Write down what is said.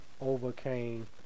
overcame